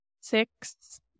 six